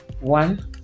one